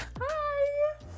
Hi